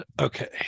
okay